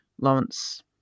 Lawrence